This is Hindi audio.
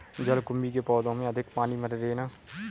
जलकुंभी के पौधों में अधिक पानी मत देना